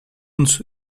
uns